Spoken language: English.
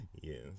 yes